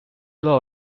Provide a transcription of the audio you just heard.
law